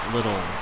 Little